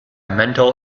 mental